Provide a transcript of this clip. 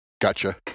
Gotcha